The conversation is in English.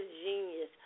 genius